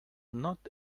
not